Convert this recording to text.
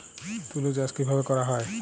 তুলো চাষ কিভাবে করা হয়?